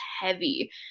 heavy